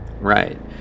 Right